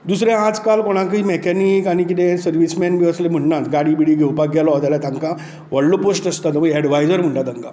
दुसरें आज काल कोणाकूय मॅकानीक सर्वीसमेन बी अशे म्हणनात गाडी बीडी घेवपाक गेलो जाल्यार तांकां व्हडलो पोश्ट आसा तोवूय एडवायझर म्हणटा तांकां